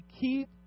keep